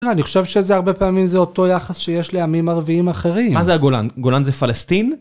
אני חושב שזה הרבה פעמים זה אותו יחס שיש לעמים ערביים אחרים. מה זה הגולן? גולן זה פלסטין?